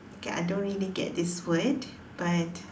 okay I don't really get this word but